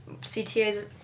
CTAs